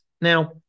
Now